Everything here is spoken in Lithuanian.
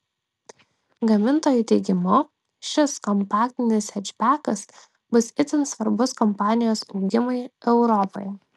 gamintojų teigimu šis kompaktinis hečbekas bus itin svarbus kompanijos augimui europoje